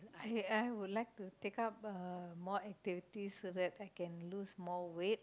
okay I would like to take up a more activity so that I could lose more weight